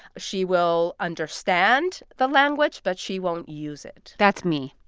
she will understand the language but she won't use it that's me.